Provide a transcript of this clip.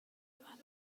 الان